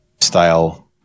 style